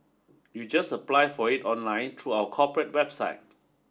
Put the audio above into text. you just apply for it online true our corporate website